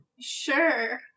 Sure